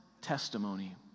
testimony